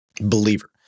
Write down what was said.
believer